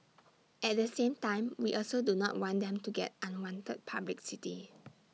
at the same time we also do not want them to get unwanted publicity